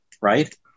right